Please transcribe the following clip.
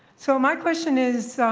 so my question is i